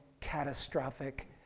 catastrophic